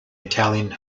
italian